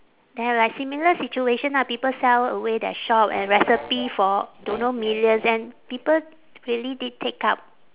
there are like similar situation ah people sell away their shop and recipe for don't know millions and people really did take up